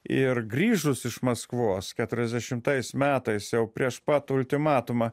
ir grįžus iš maskvos keturiasdešimtais metais jau prieš pat ultimatumą